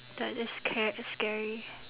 that is scar~ scary